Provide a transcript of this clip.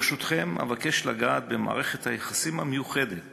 ברשותכם, אבקש לגעת במערכת היחסים המיוחדת